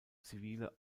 zivile